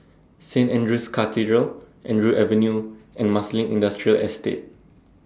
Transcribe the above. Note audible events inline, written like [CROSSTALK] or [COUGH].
[NOISE] Saint Andrew's Cathedral Andrew Avenue and Marsiling Industrial Estate